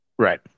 Right